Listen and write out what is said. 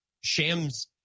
Shams